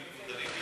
מי זה פעיל הליכוד?